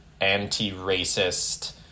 anti-racist